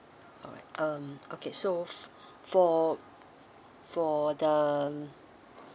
alright um okay so f~ for for the